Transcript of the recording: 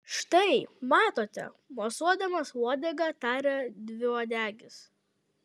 štai matote mosuodamas uodega tarė dviuodegis